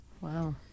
Wow